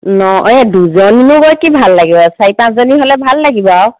ন এই দুজনীনো গৈ কি ভাল লাগিব চাৰি পাঁচজনী হ'লে ভাল লাগিব আৰু